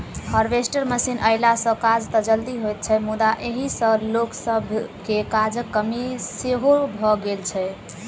harvester machine अयला सॅ काज त जल्दी होइत छै मुदा एहि सॅ लोक सभके काजक कमी सेहो भ गेल छै